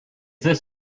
this